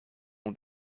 und